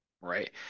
right